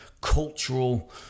cultural